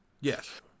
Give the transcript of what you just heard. Yes